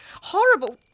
horrible